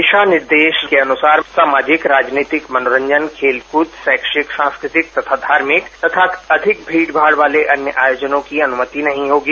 दिशा निर्देश के अनुसार सामाजिक राजनीतिक मनोरंजन खेलकूद शैक्षिक सांस्कृतिक धार्भिक तथा अधिक भीडभाड वाले अन्य आयोजनों की अनुमति नहीं होगी